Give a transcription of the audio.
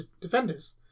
Defenders